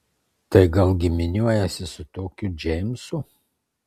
tai gal giminiuojiesi su tokiu džeimsu